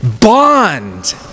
bond